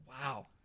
Wow